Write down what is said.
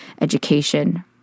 education